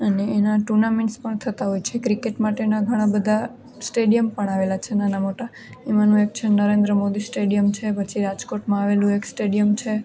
અને એના ટુર્નામેન્ટ્સ પણ થતા હોય છે ક્રિકેટ માટેના ઘણા બધા સ્ટેડિયમ પણ આવેલા છે નાના મોટા એમાંનો એક છે નરેન્દ્ર મોદી સ્ટેડિયમ છે પછી રાજકોટમાં આવેલું એક સ્ટેડિયમ છે